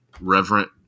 reverent